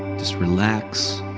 just relax.